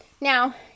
Now